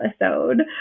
episode